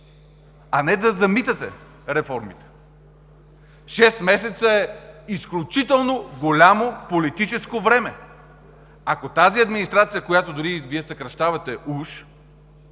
а не да замитате реформите. Шест месеца е изключително голямо политическо време! Ако тази администрация, която дори и Вие уж съкращавате,